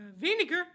vinegar